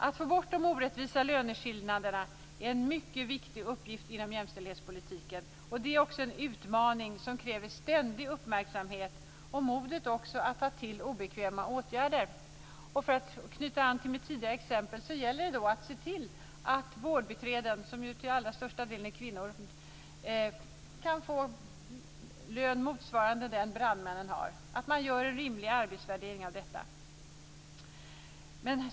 Att få bort de orättvisa löneskillnaderna är en mycket viktig uppgift inom jämställdhetspolitiken. Det är också en utmaning som kräver ständig uppmärksamhet och mod att ta till obekväma åtgärder. För att knyta an till mitt tidigare exempel gäller det då att se till att vårdbiträden, som ju till allra största delen är kvinnor, kan få en lön motsvarande den som brandmännen har, att man gör en rimlig arbetsvärdering av detta.